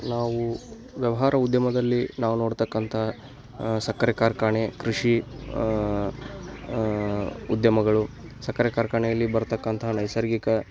ನಾವು ವ್ಯವಹಾರ ಉದ್ಯಮದಲ್ಲಿ ನಾವು ನೋಡತಕ್ಕಂತಹ ಸಕ್ಕರೆ ಕಾರ್ಖಾನೆ ಕೃಷಿ ಉದ್ಯಮಗಳು ಸಕ್ಕರೆ ಕಾರ್ಖಾನೆಯಲ್ಲಿ ಬರತಕ್ಕಂತಹ ನೈಸರ್ಗಿಕ